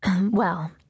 Well